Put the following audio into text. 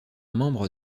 membre